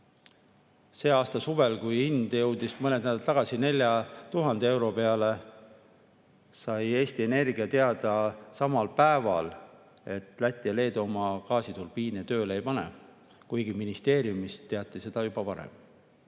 Selle aasta suvel, kui hind jõudis mõned nädalad tagasi 4000 euro peale, sai Eesti Energia samal päeval teada, et Läti ja Leedu oma gaasiturbiine tööle ei pane, kuigi ministeeriumis teati seda juba varem.